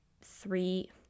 three